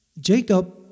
Jacob